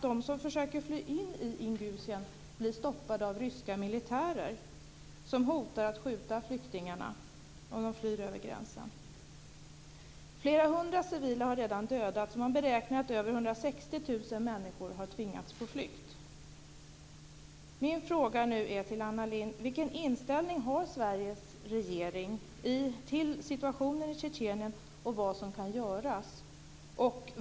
De som försöker fly in i Ingusjien blir stoppade av ryska militärer som hotar att skjuta flyktingarna om de flyr över gränsen. Flera hundra civila har redan dödats. Man beräknar att över 160 000 människor har tvingats på flykt. Mina frågor till Anna Lindh är: Vilken inställning har Sveriges regering till situationen i Tjetjenien och när det gäller vad som kan göras?